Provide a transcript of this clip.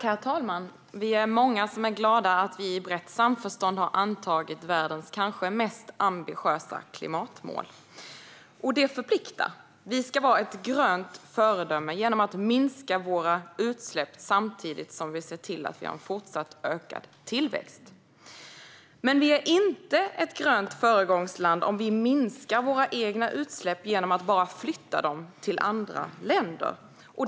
Herr talman! Vi är många som är glada över att vi i brett samförstånd har antagit världens kanske mest ambitiösa klimatmål. Det förpliktar. Vi ska vara ett grönt föredöme genom att minska våra utsläpp samtidigt som vi fortsätter att öka tillväxten. Vi är dock inte ett grönt föregångsland om vi minskar våra egna utsläpp genom att flytta dem till andra länder.